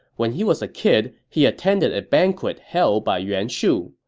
when he was a kid, he attended a banquet held by yuan shu.